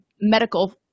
medical